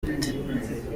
ute